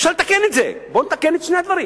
אפשר לתקן את זה, בואו נתקן את שני הדברים,